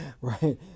Right